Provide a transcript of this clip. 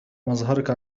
مظهرك